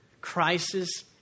Crisis